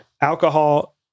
Alcohol